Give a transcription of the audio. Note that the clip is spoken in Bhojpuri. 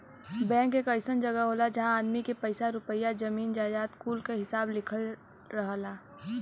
बैंक एक अइसन जगह होला जहां आदमी के पइसा रुपइया, जमीन जायजाद कुल क हिसाब लिखल रहला